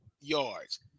yards